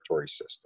system